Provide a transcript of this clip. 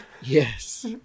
Yes